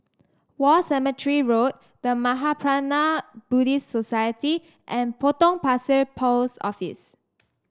War Cemetery Road The Mahaprajna Buddhist Society and Potong Pasir Post Office